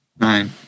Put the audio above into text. Nine